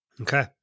Okay